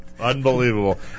Unbelievable